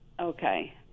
Okay